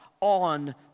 on